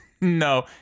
No